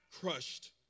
crushed